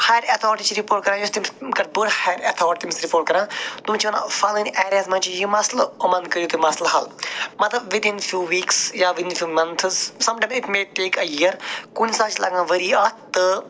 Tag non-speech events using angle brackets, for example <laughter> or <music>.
higher authority چھِ report کڑان یُس تمہِ سہٕ کھۄتہٕ بٔڑ ہایر اٮ۪تھارٹی تٔمِس رِپوٹ کَران تِمن چھِ وَنان پھلٲنۍ ایرِیاہس منٛز چھِ یہِ مسلہِ یِمن کٔرِو تُہۍ مَسلہٕ ہل مطلب وِدِن فِو ویٖکٕس یا within five months <unintelligible> it may take a year کُنہِ ساتہٕ چھِ لَگان ؤری اَتھ تہٕ